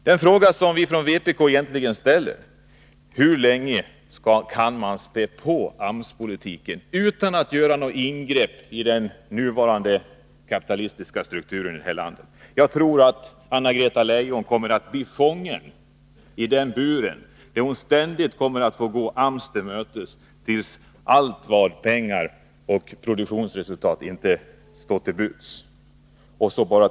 Den fråga som vi från vpk egentligen ställer är: Hur länge kan man spä på AMS-politiken utan att göra några ingrepp i den nuvarande kapitalistiska strukturen i detta land? Jag tror att Anna-Greta Leijon kommer att bli fången i den bur där hon ständigt får gå AMS till mötes, tills allt vad pengar och produktionsresultat heter inte längre står till buds.